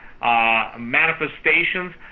manifestations